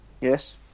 Yes